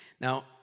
Now